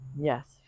Yes